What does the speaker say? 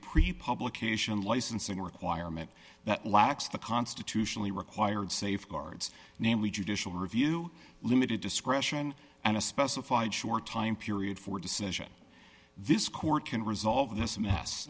pre publication licensing requirement that lacks the constitutionally required safeguards namely judicial review limited discretion and a specified short time period for decision this court can resolve this